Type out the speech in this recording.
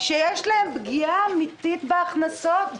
שיש להם פגיעה אמיתית בהכנסות,